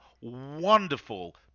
wonderful